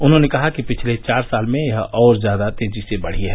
उन्होंने कहा कि पिछले चार साल में यह और ज्यादा तेज़ी से बढ़ी है